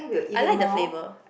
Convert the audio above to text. I like the flavour